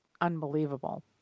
unbelievable